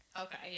Okay